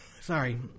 sorry